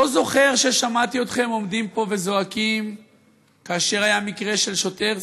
לא זוכר ששמעתי אתכם עומדים פה וזועקים כאשר היה מקרה של השוטר,